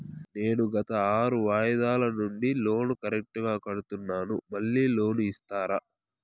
నేను గత ఆరు వాయిదాల నుండి లోను కరెక్టుగా కడ్తున్నాను, మళ్ళీ లోను ఇస్తారా?